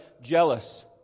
jealous